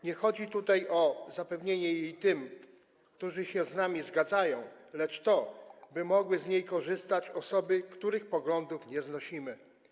Nie chodzi tutaj o zapewnienie jej tym, którzy się z nami zgadzają, lecz o to, by mogły z niej korzystać osoby, których poglądów nie znosimy.